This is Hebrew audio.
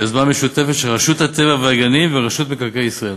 ביוזמה משותפת של רשות הטבע והגנים ורשות מקרקעי ישראל,